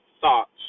thoughts